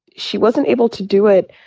she wasn't able to do it.